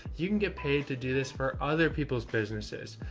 you can get paid to do this for other people's businesses.